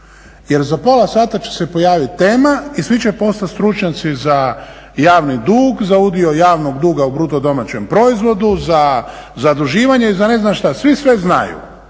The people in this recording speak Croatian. jer za pola sata će se pojaviti tema i svi će postati stručnjaci za javni dug, za udio javnog duga u bruto domaćem proizvodu, za zaduživanje i za ne znam šta, svi sve znaju.